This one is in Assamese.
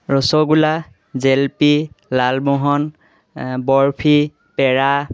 ৰচগোলা জেলপি লালমোহন বৰফি পেৰা